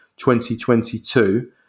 2022